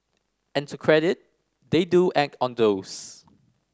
and to credit they do act on those